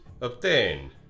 Obtain